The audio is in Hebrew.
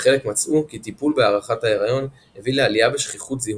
וחלק מצאו כי טיפול בהארכת ההריון הביא לעליה בשכיחות זיהומים.